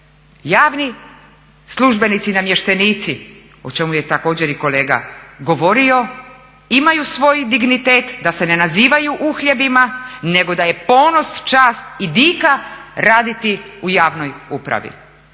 javni službenici i namještenici o čemu je također i kolega govorio imaju svoj dignitete, da se ne nazivaju uhljebima nego da je ponos, čast i dika raditi u javnoj upravi.